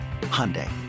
Hyundai